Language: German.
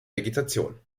vegetation